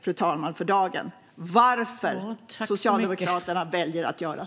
Frågan för dagen är varför Socialdemokraterna väljer att göra på det sättet.